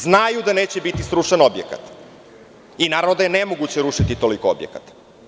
Znaju da neće biti srušen objekat i naravno da je nemoguće rušiti toliko objekata.